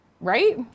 Right